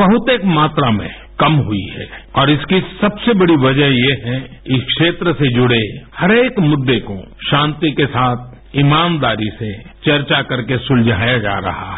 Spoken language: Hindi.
बहुत ही मात्रा में कम हुई है और इसकी सबसे बड़ी वजह यह है की क्षेत्र से जुड़े हरेक मुद्दे को शांति के साथ ईमानदारी से चर्चा करके सुलझाया जा रहा है